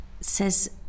says